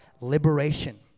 liberation